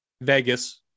vegas